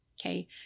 okay